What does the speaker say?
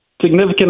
Significant